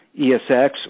ESX